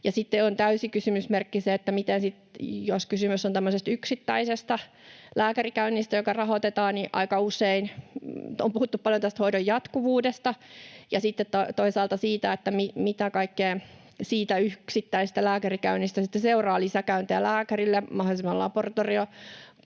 Sitten on myös täysi kysymysmerkki, mitä tapahtuu, jos kysymys on tämmöisestä yksittäisestä lääkärikäynnistä, joka rahoitetaan: on puhuttu paljon hoidon jatkuvuudesta ja sitten toisaalta siitä, mitä kaikkea siitä yksittäisestä lääkärikäynnistä sitten seuraa — lisäkäyntejä lääkärille, mahdollisia laboratoriokokeita